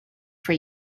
for